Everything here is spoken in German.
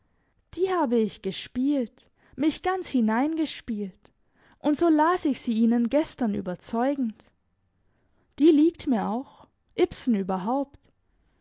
gestern die habe ich gespielt mich ganz hineingespielt und so las ich sie ihnen gestern überzeugend die liegt mir auch ibsen überhaupt